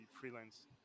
freelance